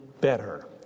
better